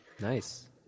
Nice